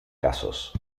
casos